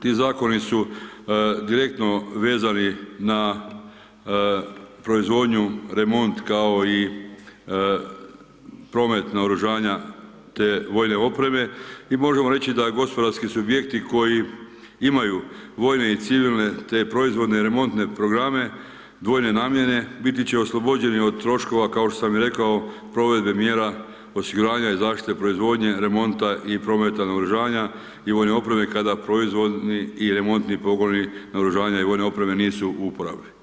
Ti zakoni su direktno vezani na proizvodnju remont, kao i promet naoružanja te vojne opreme i možemo reći da gospodarski subjekti koji imaju vojne i civilne, te proizvodne remontne programe, dvojne namjene biti će oslobođeni od troškova, kao što sam i rekao, provedbi mjera, osiguranja i zaštite proizvodnje, remonta i prometa naoružanja i vojne opreme, kada proizvodni i remonti pogoni naoružanja nisu u upravi.